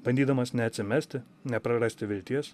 bandydamas neatsimesti neprarasti vilties